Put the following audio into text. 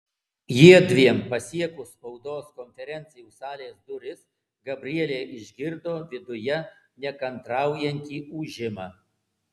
jiedviem pasiekus spaudos konferencijų salės duris gabrielė išgirdo viduje nekantraujantį ūžimą